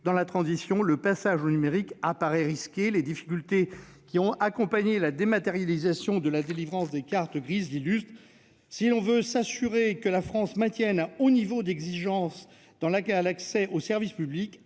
dans la transition, le passage au numérique paraît risqué. Les difficultés qui ont accompagné la dématérialisation de la délivrance des cartes grises l'illustrent. Si l'on veut s'assurer que la France maintienne un haut niveau d'exigence dans l'égal accès aux services publics,